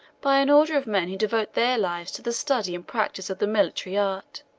by an order of men who devote their lives to the study and practice of the military art